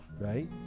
right